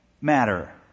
matter